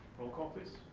roll call please